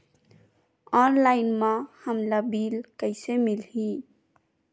Online म हमला bill कइसे मिलही?